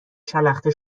شلخته